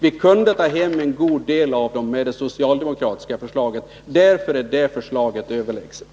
Vi kunde ta hem en god del av dem med det socialdemokratiska förslaget, och därför är det förslaget överlägset.